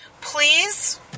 please